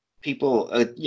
People